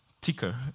ticker